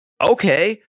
okay